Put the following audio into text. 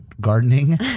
gardening